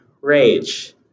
rage